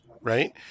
right